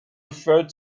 referred